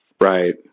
Right